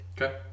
Okay